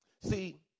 See